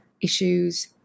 issues